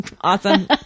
awesome